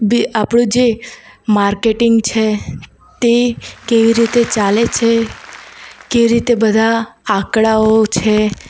way આપણું જે marketing છે તે કેવી રીતે ચાલે છે કેવી રીતે બધા આંકડાઓ છે